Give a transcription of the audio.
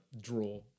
draw